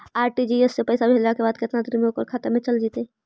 RTGS से पैसा भेजला के बाद केतना देर मे ओकर खाता मे चल जितै?